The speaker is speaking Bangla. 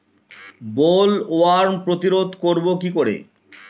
বোলওয়ার্ম প্রতিরোধ করব কি করে?